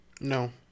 No